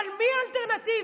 אבל מי האלטרנטיבה?